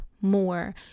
more